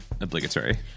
obligatory